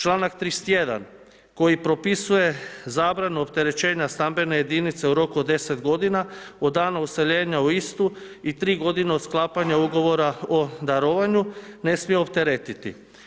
Čl. 31. koji propisuje zabranu opterećenja stambene jedinice u roku od 10 g. od dana useljenja u istu i 3 g. od sklapanja ugovora o darovanju, ne smije opteretiti.